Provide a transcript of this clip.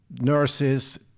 nurses